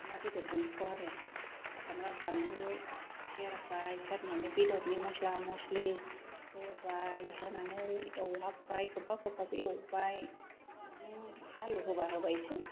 अमा बेदरजोंखौ आरो सामब्राम बानलु सेरबाय सेरनानै बेदरनि मस्ला मस्लि होबाय होनानै एवहाबबाय खोबहाब खोबहाब एवबाय नों आलु होबा होबायसै